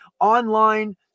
online